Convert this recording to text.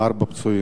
פצועים,